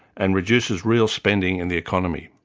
and reduces real spending in the economy.